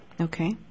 Okay